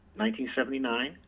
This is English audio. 1979